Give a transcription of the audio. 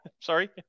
sorry